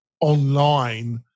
online